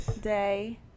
Day